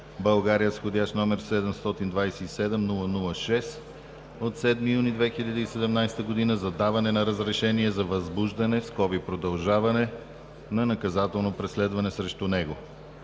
България с вх. № 727-00-6 от 7 юни 2017 г., за даване на разрешение за възбуждане (продължаване) на наказателно преследване срещу него.